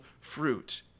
fruit